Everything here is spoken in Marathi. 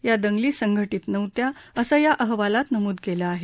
या दंगली संघटित नव्हत्या असं या अहवालात नमूद केलं आहे